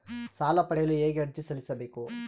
ಸಾಲ ಪಡೆಯಲು ಹೇಗೆ ಅರ್ಜಿ ಸಲ್ಲಿಸಬೇಕು?